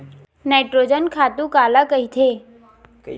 Nitrogen खातु काला कहिथे?